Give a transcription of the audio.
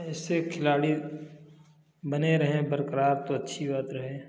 ऐसे खिलाड़ी बने रहे बरकरार को अच्छी बात रहे